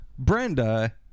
Brenda